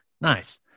Nice